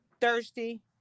thirsty